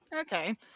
okay